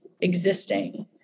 existing